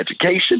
education